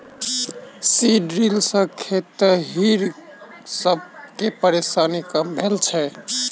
seed drill सॅ खेतिहर सब के परेशानी कम भेल छै